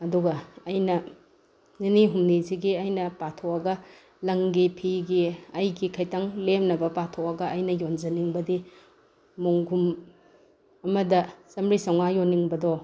ꯑꯗꯨꯒ ꯑꯩꯅ ꯅꯤꯅꯤ ꯍꯨꯝꯅꯤꯁꯤꯒꯤ ꯑꯩꯅ ꯄꯥꯊꯣꯛꯑꯒ ꯂꯪꯒꯤ ꯐꯤꯒꯤ ꯑꯩꯒꯤ ꯈꯩꯇꯪ ꯂꯦꯝꯅꯕ ꯄꯥꯊꯣꯛꯑꯒ ꯑꯩꯅ ꯌꯣꯟꯖꯅꯤꯡꯕꯗꯤ ꯃꯣꯟꯈꯨꯝ ꯑꯃꯗ ꯆꯃꯔꯤ ꯆꯃꯉꯥ ꯌꯣꯟꯅꯤꯡꯕꯗꯣ